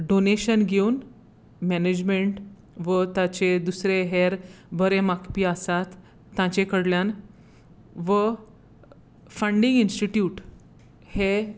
donation घेवून management वो ताचे दुसरे हेर बरे मागपी आसात ताचे कडल्यान व फंडींग इंस्टिट्यूट हे